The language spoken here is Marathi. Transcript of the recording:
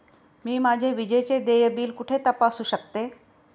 मी माझे विजेचे देय बिल कुठे तपासू शकते?